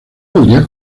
podría